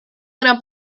gran